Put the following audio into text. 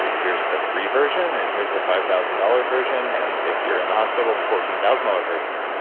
yeah here's the free version and here's the five thousand dollars version, and if you're in the hospital, the fourteen thousand dollars version.